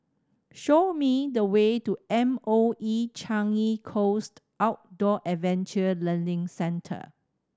show me the way to M O E Changi Coast Outdoor Adventure Learning Centre